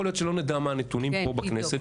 להיות שלא נדע מהם הנתונים פה בכנסת,